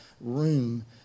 room